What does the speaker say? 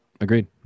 Agreed